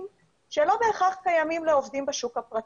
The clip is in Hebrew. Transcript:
שלא בהכרח קיימים לעובדים בשוק הפרטי.